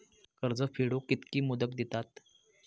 कर्ज फेडूक कित्की मुदत दितात?